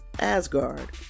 Asgard